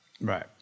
Right